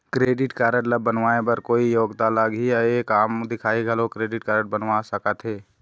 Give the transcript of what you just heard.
Credit card ला बनवाए बर कोई योग्यता लगही या एक आम दिखाही घलो क्रेडिट कारड बनवा सका थे?